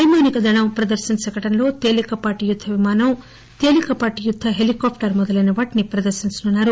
పైమానిక దళం ప్రదర్శన శకటంలో తేలికపాటి యుద్దవిమానం తేలికపాటి యుద్ద హెలికాప్టర్ మొదలైన వాటిని ప్రదర్శించనున్నారు